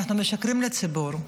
אנחנו משקרים לציבור,